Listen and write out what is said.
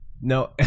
No